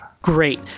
Great